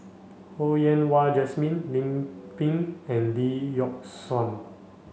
Ho Yen Wah Jesmine Lim Pin and Lee Yock Suan